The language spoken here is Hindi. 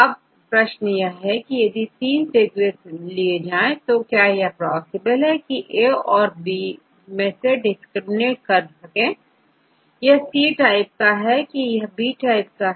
अब प्रश्न यह है कि यदि3 सीक्वेंसेस लिए जाएं तो क्या यह पॉसिबल है कीA कोB से डिस्क्रिमिनेट किया जाए यह Cके टाइप का है याBके टाइप का